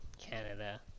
Canada